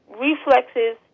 reflexes